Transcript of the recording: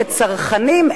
כצרכנים,